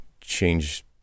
change